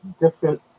different